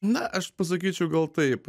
na aš pasakyčiau gal taip